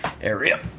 area